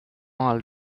all